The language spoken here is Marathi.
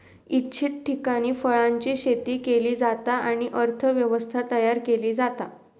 इच्छित ठिकाणी फळांची शेती केली जाता आणि अर्थ व्यवस्था तयार केली जाता